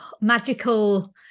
magical